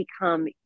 become